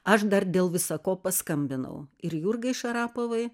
aš dar dėl visa ko paskambinau ir jurgai šarapovai